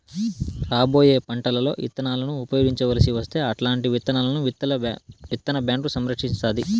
రాబోయే పంటలలో ఇత్తనాలను ఉపయోగించవలసి వస్తే అల్లాంటి విత్తనాలను విత్తన బ్యాంకు సంరక్షిస్తాది